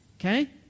Okay